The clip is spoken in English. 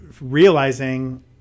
realizing